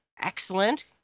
Excellent